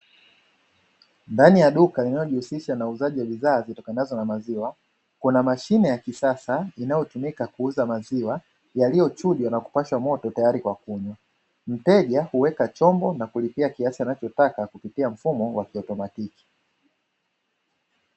Ndani ya duka linalojihusisha na uuzaji wa bidhaa zitokanazo na maziwa, kuna mashine ya kisasa inayotumika kuuza maziwa yaliyochujwa na kupashwa moto tayari kwa kunywa. Mteja huweka chombo na kulipia kiasi anachotaka kupitia mfumo wa kiautomatiki.